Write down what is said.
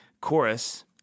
Chorus